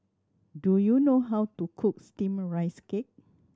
do you know how to cook Steamed Rice Cake